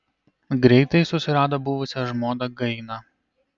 greitai susirado buvusią žmoną gainą